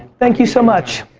thank you so much.